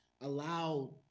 allow